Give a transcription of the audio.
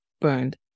burned